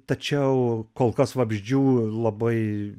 tačiau kol kas vabzdžių labai